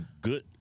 good